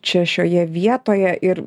čia šioje vietoje ir